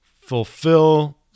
fulfill